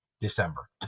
December